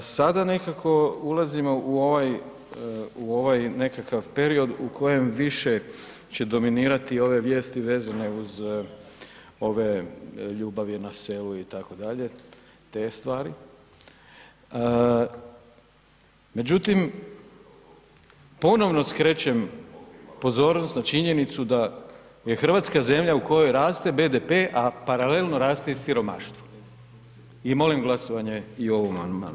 Sada nekako ulazimo u ovaj nekakav period, u kojem više će dominirati ove vijesti vezane uz ove Ljubav je na selu itd. te stvari, međutim, ponovno skrećem pozornost na činjenicu, da je Hrvatska zemlja u kojoj rate BDP a paralelno raste i siromaštvo i molim glasovanje o ovom amandmanu.